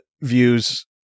views